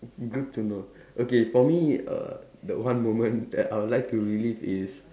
good to know okay for me err the one moment that I would like to relive is